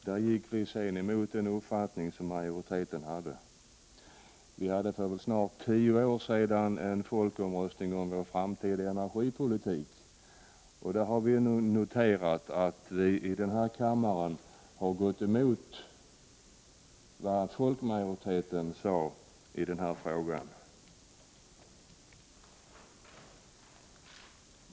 Där gick beslutet emot den uppfattning folkomröstningen hade visat. För snart tio år sedan hade vi en folkomröstning om vår framtida energipolitik, och vi har noterat att riksdagen gått emot vad folkmajoriteten ansåg i denna fråga.